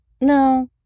no